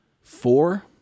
four